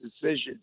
decisions